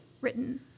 written